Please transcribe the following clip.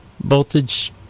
voltage